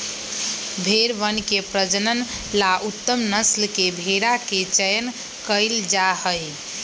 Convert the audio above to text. भेंड़वन के प्रजनन ला उत्तम नस्ल के भेंड़ा के चयन कइल जाहई